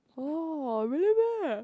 oh really meh